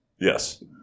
Yes